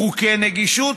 חוקי נגישות,